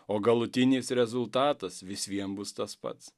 o galutinis rezultatas vis vien bus tas pats